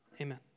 Amen